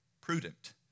Prudent